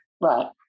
Right